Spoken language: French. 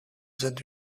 zones